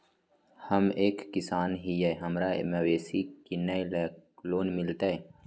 हम एक किसान हिए हमरा मवेसी किनैले लोन मिलतै?